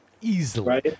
Easily